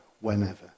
whenever